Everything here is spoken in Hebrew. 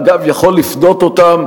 אגב, הוא יכול לפדות אותם